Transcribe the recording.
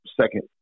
second